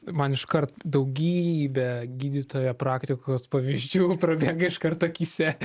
man iškart daugybė gydytojo praktikos pavyzdžių prabėga iškart akyse